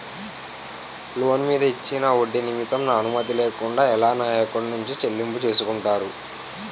Loan మీద ఇచ్చిన ఒడ్డి నిమిత్తం నా అనుమతి లేకుండా ఎలా నా ఎకౌంట్ నుంచి చెల్లింపు చేసుకుంటారు?